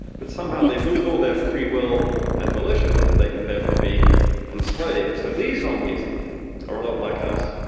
but somehow they lose all their free will and volition, and they can therefore be and slaves. so these zombies are a lot like us,